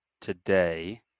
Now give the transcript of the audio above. today